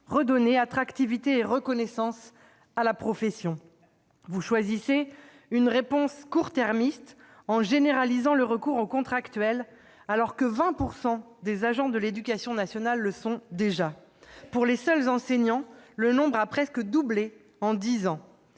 redonner attractivité et reconnaissance à la profession. Vous choisissez une réponse court-termiste en généralisant le recours aux contractuels, alors que 20 % des agents de l'éducation nationale le sont déjà. Pour les seuls enseignants, le nombre a presque doublé en dix ans.